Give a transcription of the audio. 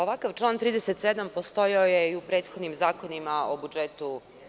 Ovakav član 37. postojao je i u prethodnim zakonima o budžetu.